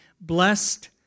blessed